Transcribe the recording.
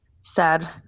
sad